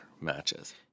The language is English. matches